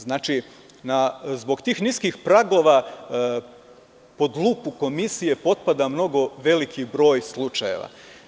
Znači, zbog tih niskih pragova pod lupu komisije potpada veliki broj slučajeva.